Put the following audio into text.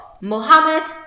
mohammed